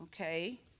Okay